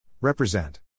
Represent